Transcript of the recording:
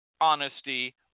honesty